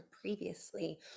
previously